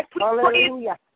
Hallelujah